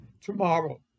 tomorrow